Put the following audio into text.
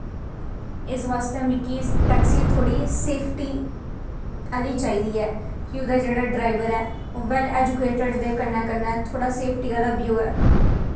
इस बास्तै टैक्सी मिगी सेफ्टी आह्ली चाही दी ऐ कि ओह्दा जेह्ड़ा ड्राईवर ऐ ओह् बैल्ल ऐजुकेटिड दे कन्नै कन्नै सेफ्टी आह्ला बी होऐ